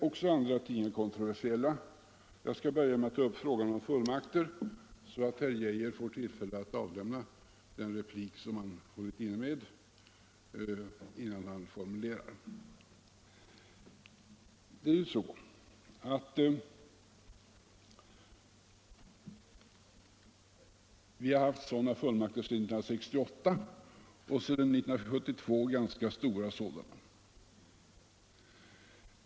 Också andra ting är kontroversiella. Jag skall börja med att ta upp frågan om regeringens fullmakter så att herr Geijer får tillfälle att avlämna den replik som han hållit inne med. Fullmakter har funnits sedan 1968 och sedan 1972 har det varit ganska stora sådana.